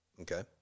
okay